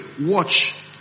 watch